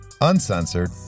uncensored